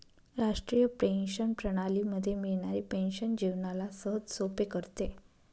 राष्ट्रीय पेंशन प्रणाली मध्ये मिळणारी पेन्शन जीवनाला सहजसोपे करते